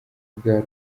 bwari